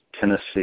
Tennessee